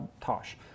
tosh